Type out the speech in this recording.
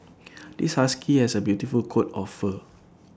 this husky has A beautiful coat of fur